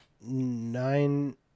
nine